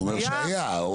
הוא אומר שהיה.